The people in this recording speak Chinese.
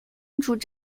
删除